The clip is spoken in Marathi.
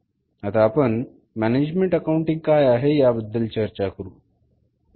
आता आपण मॅनेजमेण्ट अकाऊण्टिंग काय आहे याबद्दल चर्चा करू